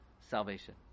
salvation